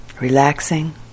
relaxing